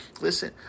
listen